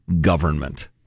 government